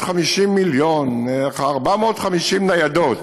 550 מיליון, 450 ניידות.